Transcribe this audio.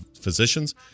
physicians